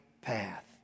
path